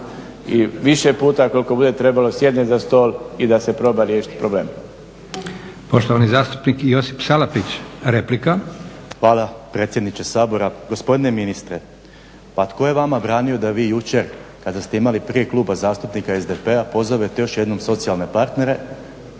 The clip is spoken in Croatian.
i više puta ako bude trebalo, sjedne za stol i da se proba riješiti problem. **Leko, Josip (SDP)** Poštovani zastupnik Josip Salapić, replika. **Salapić, Josip (HDSSB)** Hvala predsjedniče Sabora. Gospodine ministre, pa tko je vama branio da vi jučer kada ste imali prijem Kluba zastupnika SDP-a pozovete još jednom socijalne partnere,